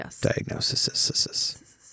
diagnosis